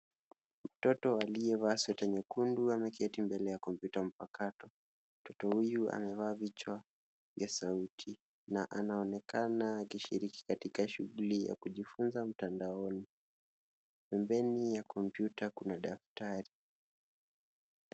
Mtoto aliyevaa sweta nyekundu ameketi mbele ya kompyuta mpakato. Mtoto amevaa vichwa ya sauti na anaonekana akishiriki katika shughuli ya kujifunza mtandaoni. Pembeni mwa kompyuta kuna daftari.